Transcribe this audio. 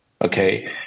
Okay